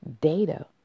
data